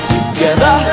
Together